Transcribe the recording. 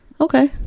okay